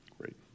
Great